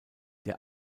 der